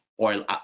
oil